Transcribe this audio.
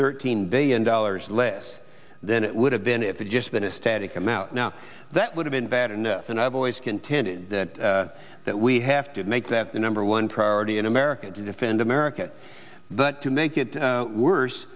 thirteen billion dollars less than it would have been if it's just been a static amount now that would have been bad enough and i've always contended that we have to make that the number one priority in america to defend america but to make it worse